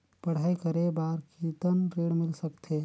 पढ़ाई करे बार कितन ऋण मिल सकथे?